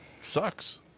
sucks